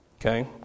Okay